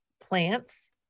plants